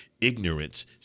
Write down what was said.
ignorance